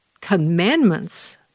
commandments